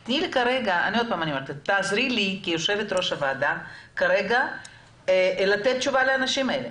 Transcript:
תעזרי לי כיושבת-ראש הוועדה לתת תשובה לאנשים האלה.